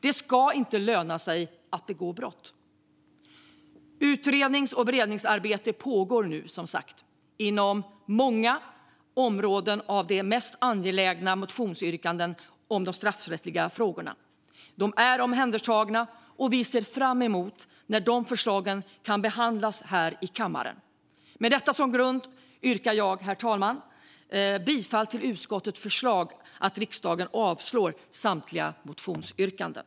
Det ska inte löna sig att begå brott. Utrednings och beredningsarbete pågår som sagt inom många områden av de mest angelägna motionsyrkandena om de straffrättsliga frågorna. De är omhändertagna, och vi ser fram emot när förslagen kan behandlas här i kammaren. Med detta som grund, herr talman, yrkar jag bifall till utskottets förslag att riksdagen avslår samtliga motionsyrkanden.